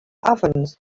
ovens